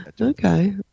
Okay